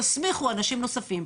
תסמיכו אנשים אחרים,